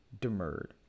demurred